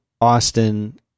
Austin